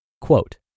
Quote